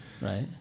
Right